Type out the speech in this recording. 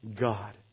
God